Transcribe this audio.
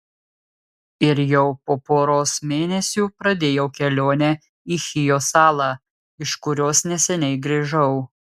ir jau po poros mėnesių pradėjau kelionę į chijo salą iš kurios neseniai grįžau